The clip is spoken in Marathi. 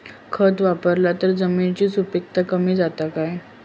खत वापरला तर जमिनीची सुपीकता कमी जाता काय?